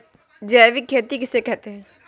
जैविक खेती किसे कहते हैं?